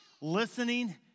listening